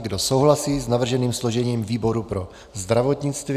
Kdo souhlasí s navrženým složením výboru pro zdravotnictví?